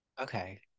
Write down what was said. Okay